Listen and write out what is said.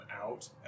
out